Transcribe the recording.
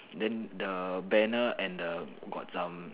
then the banner and the got some